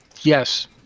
Yes